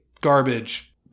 garbage